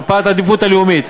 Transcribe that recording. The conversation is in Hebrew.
מפת עדיפויות לאומיות.